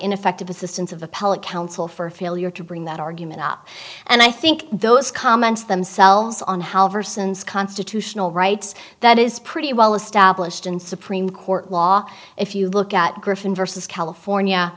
ineffective assistance of appellate counsel for failure to bring that argument up and i think those comments themselves on how persons constitutional rights that is pretty well established in supreme court law if you look at griffin versus california